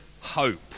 hope